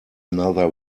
another